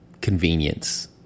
convenience